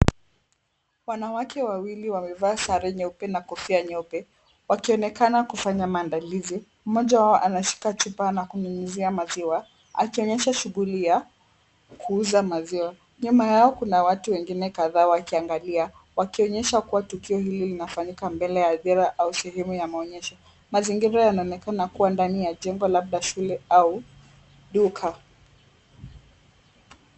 Wanawake wawili wamevaa sare nyeupe na kofia nyeupe. Wakionekana kufanya maandalizi, mmoja wao anashika chupa na kunyunyuzia maziwa, akionyesha shughulia, kuuza maziwa. Nyuma yao kuna watu wengine kadhaa wakiangalia, wakionyesha kuwa tukio hili linafanyika mbele ya adhira au sehemu ya maonyesho. Mazingira yanawekana kuwa ndani ya jengo labda shule au duka.